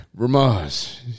Ramaz